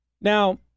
now